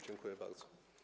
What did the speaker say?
Dziękuję bardzo.